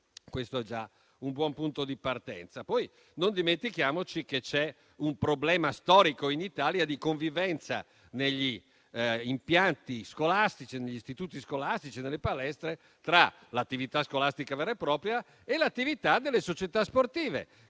questo è già un buon punto di partenza. Non dimentichiamoci che c'è un problema storico in Italia di convivenza negli istituti scolastici e nelle palestre tra l'attività scolastica vera e propria e quella delle società sportive,